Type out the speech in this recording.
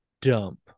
dump